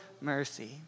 mercy